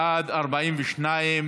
בעד, 42,